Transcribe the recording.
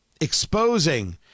Exposing